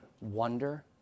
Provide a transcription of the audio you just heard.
wonder